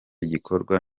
gikorwa